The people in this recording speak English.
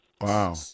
wow